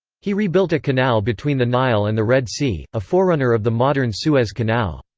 he rebuilt a canal between the nile and the red sea, a forerunner of the modern suez canal.